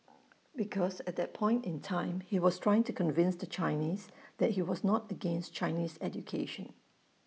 because at that point in time he was trying to convince the Chinese that he was not against Chinese education